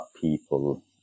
people